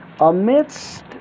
Amidst